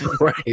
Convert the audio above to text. Right